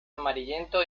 amarillento